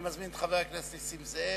אני מזמין את חבר הכנסת נסים זאב.